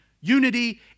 unity